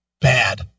bad